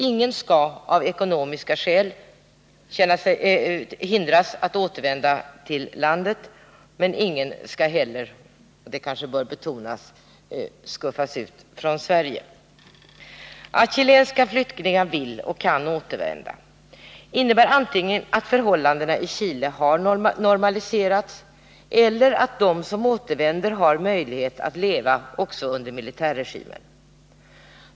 Ingen skall av ekonomiska skäl hindras från att återvända till hemlandet, men ingen skall heller — det kanske bör betonas — skuffas ut från Sverige. Att chilenska flyktingar vill och kan återvända innebär antingen att förhållandena i Chile har normaliserats eller att de som återvänder har möjligheter att leva också under militärregimen.